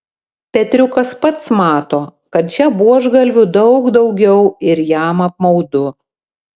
petriukas pats mato kad čia buožgalvių daug daugiau ir jam apmaudu